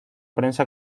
prensa